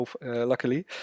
luckily